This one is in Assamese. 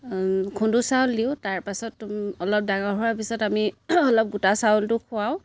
খুদ চাউল দিওঁ তাৰপাছত অলপ ডাঙৰ হোৱাৰ পিছত আমি অলপ গোটা চাউলটো খুৱাওঁ